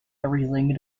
everything